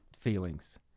feelings